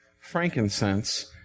frankincense